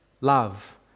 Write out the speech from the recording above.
love